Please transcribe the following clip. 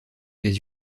des